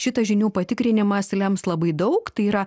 šitas žinių patikrinimas lems labai daug tai yra